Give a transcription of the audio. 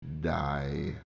die